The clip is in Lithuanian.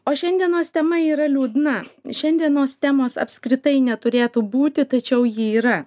o šiandienos tema yra liūdna šiandienos temos apskritai neturėtų būti tačiau ji yra